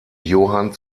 johann